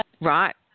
right